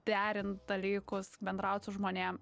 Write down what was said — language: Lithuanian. derint dalykus bendraut su žmonėm